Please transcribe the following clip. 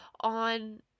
on